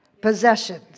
possessions